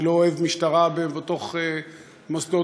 אני לא אוהב משטרה בתוך מוסדות